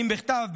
האם בכתב?